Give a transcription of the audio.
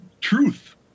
truth